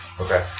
Okay